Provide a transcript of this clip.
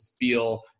feel